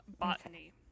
botany